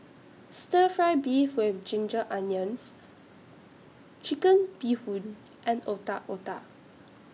Stir Fry Beef with Ginger Onions Chicken Bee Hoon and Otak Otak